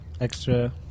Extra